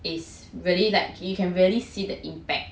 is really like you can really see the impact